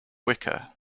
wicker